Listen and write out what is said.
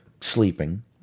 sleeping